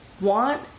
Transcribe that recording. want